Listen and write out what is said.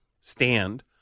stand